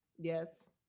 Yes